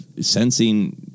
sensing